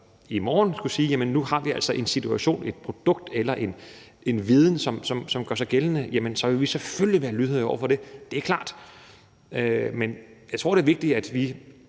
i morgen skulle sige, at nu har vi altså en situation, et produkt eller en viden, som gør sig gældende, vil vi selvfølgelig være lydhøre over for det; det er klart. Men jeg tror, det er vigtigt, at vi